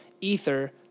Ether